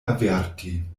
averti